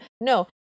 No